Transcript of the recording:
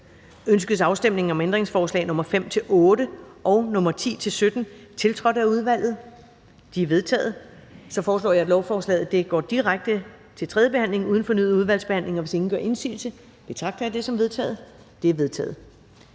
Ønskes afstemning om ændringsforslag nr. 5-8 og nr. 10-17, tiltrådt af udvalget? De er vedtaget. Jeg foreslår, at lovforslaget går direkte til tredje behandling uden fornyet udvalgsbehandling. Hvis ingen gør indsigelse, betragter jeg det som vedtaget. Det er vedtaget.